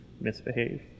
misbehave